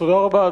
תודה רבה.